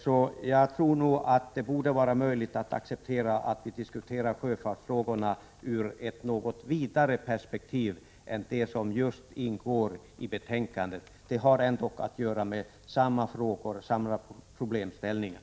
Därför tror jag att det borde vara möjligt att diskutera sjöfartsfrågorna i ett något vidare perspektiv än man gör i betänkandet. Det gäller ju ändå samma frågor och samma problemställningar.